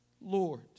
Lord